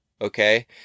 Okay